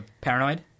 paranoid